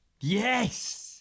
Yes